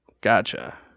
Gotcha